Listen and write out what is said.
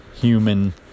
human